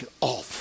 off